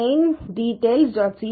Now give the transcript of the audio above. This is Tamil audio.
பயண விவரங்களிலிருந்துடாட் சி